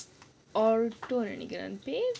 Orto எங்க:enga